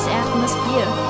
atmosphere